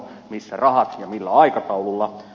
missä rahat ja millä aikataululla